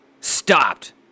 Stopped